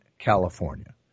California